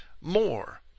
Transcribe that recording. more